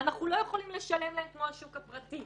ואנחנו לא יכולים לשלם להם כמו בשוק הפרטי.